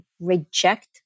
reject